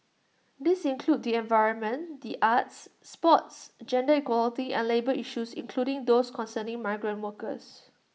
these include the environment the arts sports gender equality and labour issues including those concerning migrant workers